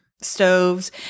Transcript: stoves